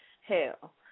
Hell